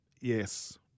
Yes